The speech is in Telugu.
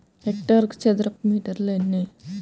హెక్టారుకు చదరపు మీటర్లు ఎన్ని?